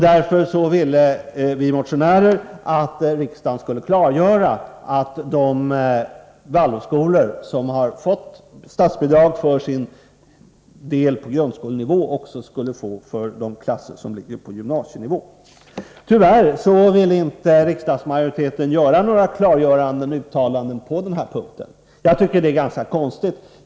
Därför vill vi motionärer att riksdagen klargör att de Waldorfskolor som fått statsbidrag för sina klasser på grundskolenivå också skall få statsbidrag för klasserna på gymnasienivå. Tyvärr går utskottsmajoriteten inte några klara uttalanden på den punkten. Det tycker jag är ganska konstigt.